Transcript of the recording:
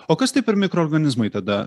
o kas tai per mikroorganizmai tada